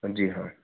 जी हाँ